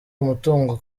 umutungo